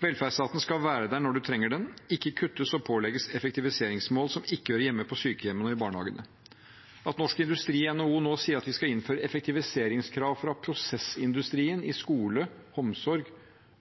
Velferdsstaten skal være der når man trenger den, ikke kuttes i og pålegges effektiviseringsmål som ikke hører hjemme på sykehjemmene og i barnehagene. At Norsk Industri i NHO nå sier at vi skal innføre effektiviseringskrav fra prosessindustrien i skole, omsorg